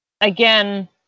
again